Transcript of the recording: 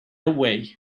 away